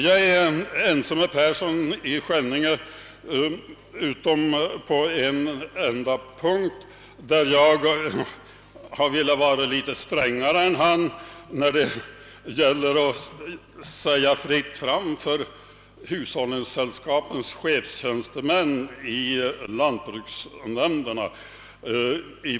Jag är ense med herr Persson i Skänninge utom på en enda punkt, där jag har velat vara litet strängare än han när det gäller att säga fritt fram för hushållningssällskapens chefstjänstemän i de nya lantbruksnämnderna.